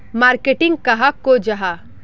Marketing कहाक को जाहा?